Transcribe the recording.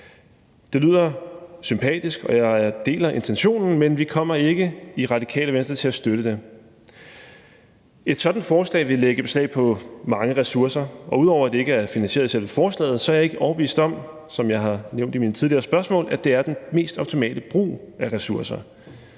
Det lyder sympatisk, og jeg deler intentionen, men vi kommer ikke i Radikale Venstre til at støtte det. Et sådant forslag vil lægge beslag på mange ressourcer, og ud over det ikke er finansieret i selve forslaget, er jeg ikke overbevist om, som jeg har nævnt i mine tidligere spørgsmål, at det er den mest optimale brug af ressourcer.